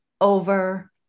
over